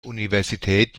universität